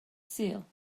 sul